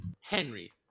Henry